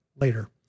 later